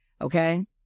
Okay